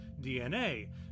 DNA